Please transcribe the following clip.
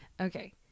okay